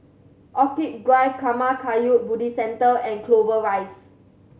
Orchid Drive Karma Kagyud Buddhist Centre and Clover Rise